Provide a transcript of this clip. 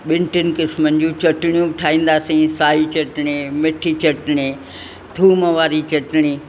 ॿिनि टिनि क़िस्मनि जूं चटिणियूं बि ठाहींदासीं साई चटणी मिठी चटणी थूम वारी चटणी